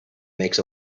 makes